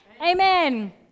Amen